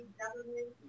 government